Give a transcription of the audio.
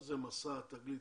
'מסע', 'תגלית',